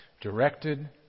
directed